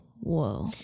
whoa